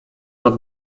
nad